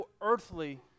earthly